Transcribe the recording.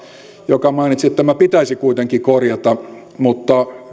joka mainitsi että tämä pitäisi kuitenkin korjata mutta